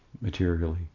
materially